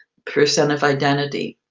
percent of identity.